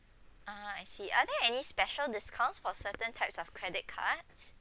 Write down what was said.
ah I see are there any special discounts for certain types of credit cards